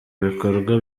ibikorwa